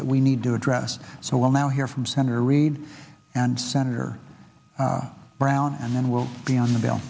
that we need to address so we'll now hear from senator reid and senator brown and then we'll be on the bill